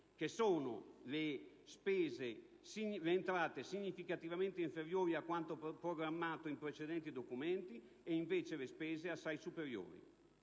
che le entrate sono significativamente inferiori a quanto programmato in precedenti documenti e invece le spese sono assai superiori.